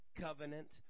Covenant